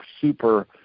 super